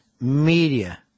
media